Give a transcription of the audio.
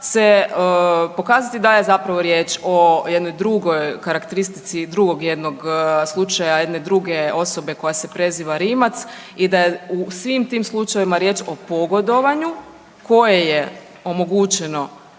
se pokazati da je zapravo riječ o jednoj drugoj karakteristici drugog jednog slučaja jedne druge osobe koja se preziva Rimac i da u svim tim slučajevima riječ o pogodovanju koje je omogućeno